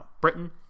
britain